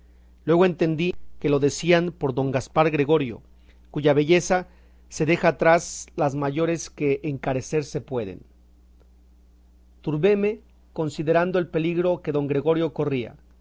luego entendí que lo decían por don gaspar gregorio cuya belleza se deja atrás las mayores que encarecer se pueden turbéme considerando el peligro que don gregorio corría